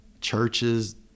churches